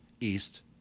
east